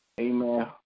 Amen